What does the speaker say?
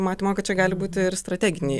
matymo kad čia gali būti ir strateginiai